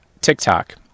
TikTok